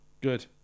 good